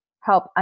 help